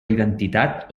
identitat